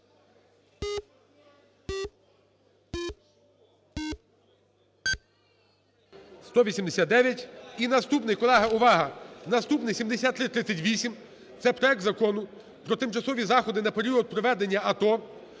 За-189 І наступний. Колеги, увага! Наступний – 7338, це проект Закону про тимчасові заходи на період проведення АТО